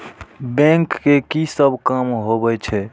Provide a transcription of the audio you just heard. Bank के की सब काम होवे छे?